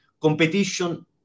Competition